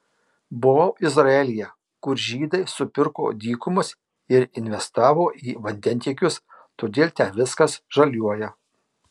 buvau izraelyje kur žydai supirko dykumas ir investavo į vandentiekius todėl ten viskas žaliuoja